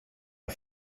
are